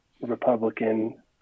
Republican